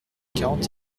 quarante